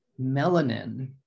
melanin